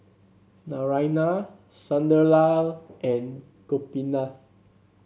Naraina Sunderlal and Gopinath